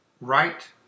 right